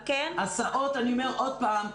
אני אומר עוד פעם.